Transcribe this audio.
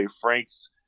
Franks